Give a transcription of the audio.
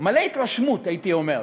מלא התרשמות, הייתי אומר,